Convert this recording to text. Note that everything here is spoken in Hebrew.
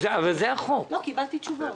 הרי שוק הדיור הוא שוק מאוד מאוד משמעותי,